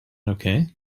okay